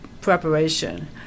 preparation